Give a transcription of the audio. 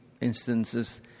instances